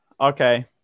Okay